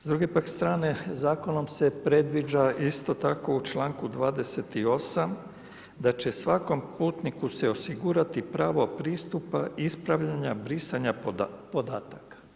S druge pak strane zakonom se predviđa isto tako u članku 28. da će svakom putniku se osigurati pravo pristupa, ispravljanja, brisanja podataka.